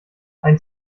ein